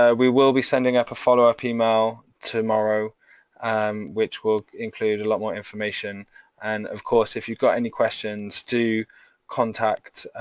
ah we will be sending up a follow-up email tomorrow um which will include a lot more information and, of course, if you've got any questions, do contact